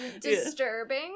Disturbing